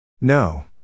No